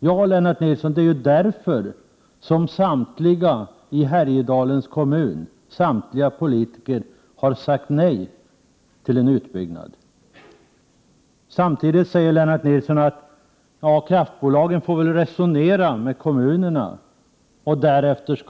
Det är därför, Lennart Nilsson, som samtliga politiker i Härjedalens kommun har sagt nej till en utbyggnad. Samtidigt säger Lennart Nilsson att kraftbolagen får resonera med kommunerna och rätta sig